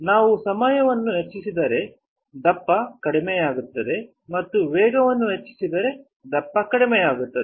ನಾವು ಸಮಯವನ್ನು ಹೆಚ್ಚಿಸಿದರೆ ದಪ್ಪ ಕಡಿಮೆಯಾಗುತ್ತದೆ ಮತ್ತು ನಾವು ವೇಗವನ್ನು ಹೆಚ್ಚಿಸಿದರೆ ದಪ್ಪ ಕಡಿಮೆಯಾಗುತ್ತದೆ